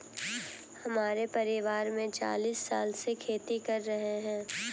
हमारे परिवार में चालीस साल से खेती कर रहे हैं